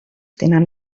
tenen